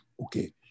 Okay